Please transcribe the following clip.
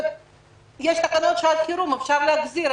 יש תקנות שעת חירום, אפשר להחזיר.